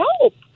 help